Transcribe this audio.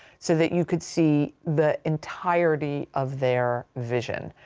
so that you could see the entirety of their vision.